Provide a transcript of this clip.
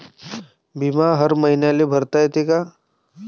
बिमा हर मईन्याले भरता येते का?